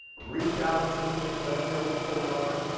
reach out to me. let me know what's going on.